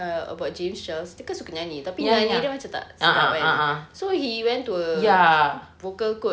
err about james charles dia kan suka nyanyi tapi nyanyi dia macam tak sedap kan so he went to a vocal coach